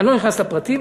אני לא נכנס לפרטים.